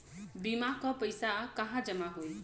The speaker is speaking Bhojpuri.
बीमा क पैसा कहाँ जमा होई?